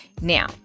Now